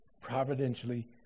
providentially